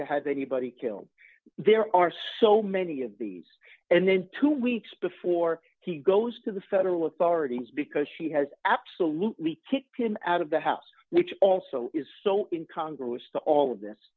to have anybody killed there are so many of these and then two weeks before he goes to the federal authorities because she has absolutely kicked him out of the house which also is so in congress to all of this